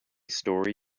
story